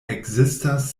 ekzistas